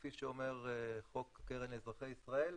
כפי שאומר חוק הקרן לאזרחי ישראל,